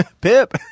pip